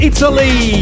Italy